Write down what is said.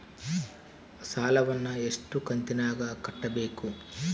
ಸಾಲವನ್ನ ಎಷ್ಟು ಕಂತಿನಾಗ ಕಟ್ಟಬೇಕು?